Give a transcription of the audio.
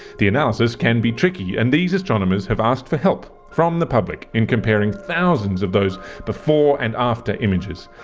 the analysis can be tricky, and these astronomers have asked for help from the public in comparing thousands of those before and after images.